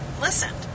listened